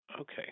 Okay